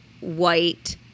white